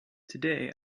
today